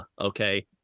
okay